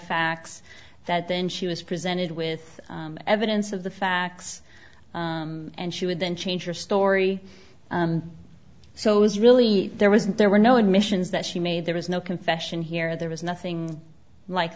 facts that then she was presented with evidence of the facts and she would then change your story so it was really there was there were no admissions that she made there was no confession here there was nothing like